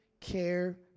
care